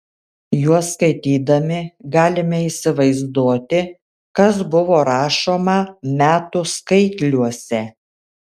juos skaitydami galime įsivaizduoti kas buvo rašoma metų skaitliuose